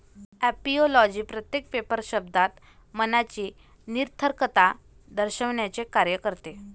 ऍपिओलॉजी प्रत्येक पेपर शब्दात मनाची निरर्थकता दर्शविण्याचे कार्य करते